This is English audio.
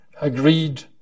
agreed